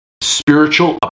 spiritual